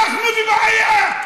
אנחנו בבעיה.